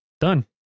done